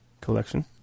collection